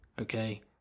okay